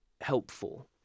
helpful